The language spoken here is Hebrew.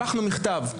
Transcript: שלחנו מכתב.